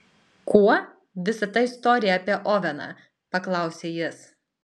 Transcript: kuo visa ta istorija apie oveną paklausė jis